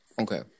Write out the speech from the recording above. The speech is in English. Okay